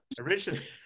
originally